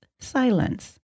Silence